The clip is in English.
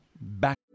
Back